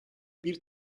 bir